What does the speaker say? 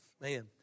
Man